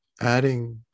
adding